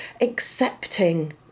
Accepting